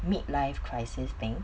mid life crisis thing